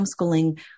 homeschooling